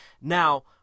now